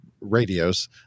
radios